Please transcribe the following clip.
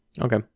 Okay